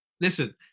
Listen